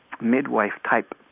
midwife-type